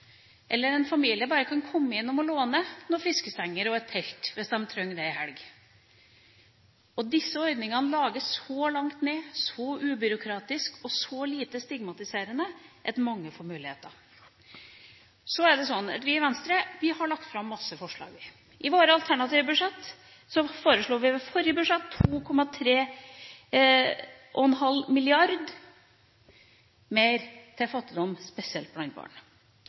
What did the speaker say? eller at en familie bare kan komme innom og låne noen fiskestenger og et telt hvis de trenger det en helg. Disse ordningene lages så langt ned, så ubyråkratisk og så lite stigmatiserende at mange får muligheter. Vi i Venstre har lagt fram masse forslag, vi. I våre alternative budsjett foreslo vi ved forrige budsjett 2,3 mrd. kr mer til fattigdomsbekjempelse, spesielt blant barn.